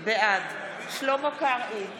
בעד שלמה קרעי,